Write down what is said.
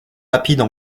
rapides